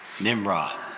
Nimrod